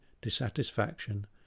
dissatisfaction